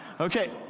Okay